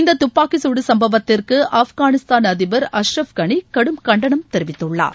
இந்த துப்பாக்கிச் சூடு சும்பவத்திற்கு ஆப்காளிஸ்தான் அதிபர் அஸ்ரப் களி கடும் கண்டனம் தெரிவித்துள்ளார்